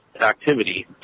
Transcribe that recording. activity